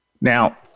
Now